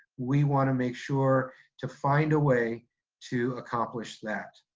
we wanna make sure to find a way to accomplish that.